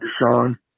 Deshaun